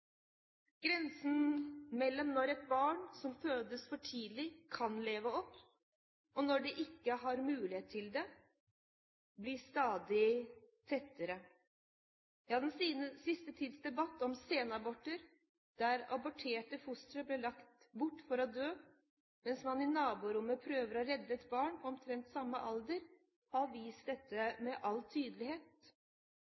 Grensen mellom når et barn som fødes for tidlig, kan leve opp, og når det ikke har mulighet til det, blir stadig mindre. Ja, den siste tids debatt om senaborter der aborterte fostre blir lagt bort for å dø, mens man i naborommet prøver å redde et barn på omtrent samme alder, har vist dette